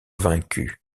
vaincu